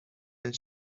and